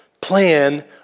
plan